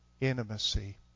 intimacy